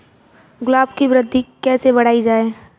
गुलाब की वृद्धि कैसे बढ़ाई जाए?